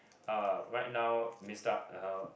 uh right now Mister uh